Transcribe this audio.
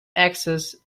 access